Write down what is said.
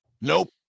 Nope